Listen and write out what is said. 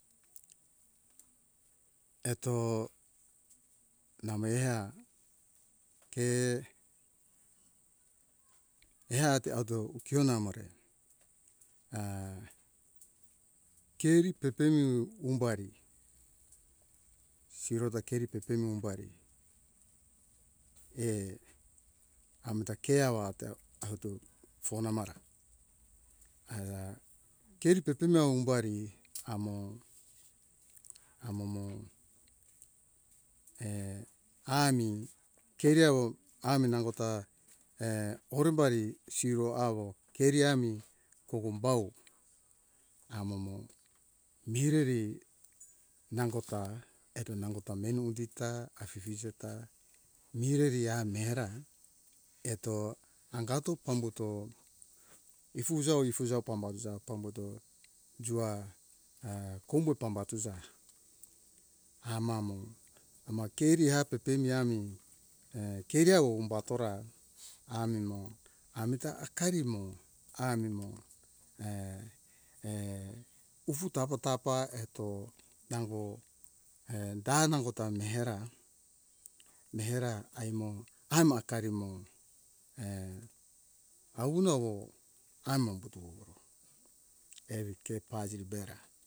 Eto nameiha ke heate ato kio namore keri pepemiu umbari siro ta keri pepemu umbari amta ke awa auto bona mara ara keri pepemu umbari amo amomo ami keri awo ami nangota orombari siro awo keriami kogombao amomo mireri nangota ato nangota menu undu ta afifije ta mireri amera eto angato pambuto ifuzo ifuzo pambaza pambato jua kombo pambatuza amamo ama keri a pepemi ami keriawo umbatora amimo amita hakarimo amimo ufu tapa tapa eto nango da nango ta mihera mihera aimo aimo hakarimo aunowo amubuto evike paziri bera.